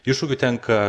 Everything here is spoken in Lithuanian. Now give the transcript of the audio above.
iššūkių tenka